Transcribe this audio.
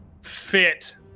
fit